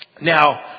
Now